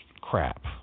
crap